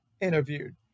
interviewed